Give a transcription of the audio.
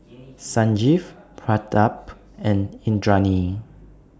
Sanjeev Pratap and Indranee